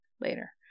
later